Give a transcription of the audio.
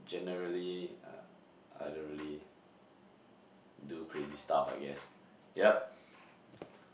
generally I I don't really do crazy stuff I guess yup